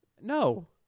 No